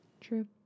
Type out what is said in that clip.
True